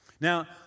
Now